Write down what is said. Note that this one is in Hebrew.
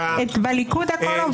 בליכוד הכול עובד.